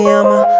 I'ma